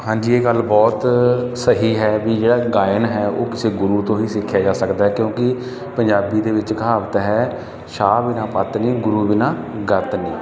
ਹਾਂਜੀ ਇਹ ਗੱਲ ਬਹੁਤ ਸਹੀ ਹੈ ਵੀ ਜਿਹੜਾ ਗਾਇਨ ਹੈ ਉਹ ਕਿਸੇ ਗੁਰੂ ਤੋਂ ਹੀ ਸਿੱਖਿਆ ਜਾ ਸਕਦਾ ਕਿਉਂਕਿ ਪੰਜਾਬੀ ਦੇ ਵਿੱਚ ਕਹਾਵਤ ਹੈ ਸ਼ਾਹ ਬਿਨਾ ਪੱਤ ਨਹੀਂ ਗੁਰੂ ਬਿਨਾ ਗਤ ਨਹੀਂ